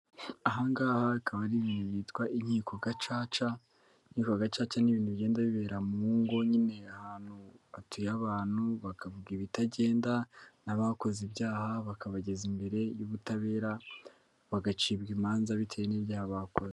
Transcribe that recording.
Ahangaha akaba ari ibintu byitwa inkiko gacaca, inkiko gacaca n'ibintu bigenda bibera mu ngo nyine ahatuye abantu bakavuga ibitagenda, n'abakoze ibyaha bakabageza imbere y'ubutabera, bagacibwa imanza bitewe n'ibyaha bakoze.